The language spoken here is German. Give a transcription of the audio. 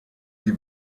die